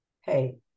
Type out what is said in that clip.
hey